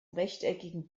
rechteckigen